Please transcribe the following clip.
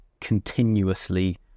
continuously